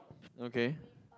okay